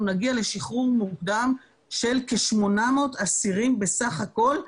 נגיע לשחרור מוקדם של כ-800 אסירים בסך הכול,